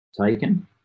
taken